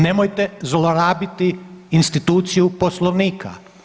Nemojte zlorabiti instituciju Poslovnika.